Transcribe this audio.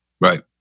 Right